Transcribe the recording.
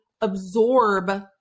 absorb